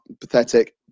Pathetic